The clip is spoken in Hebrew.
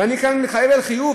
ואני כאן מתחייב לחיוב,